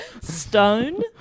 Stone